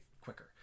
quicker